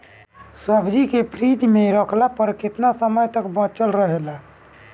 सब्जी के फिज में रखला पर केतना समय तक बचल रहेला?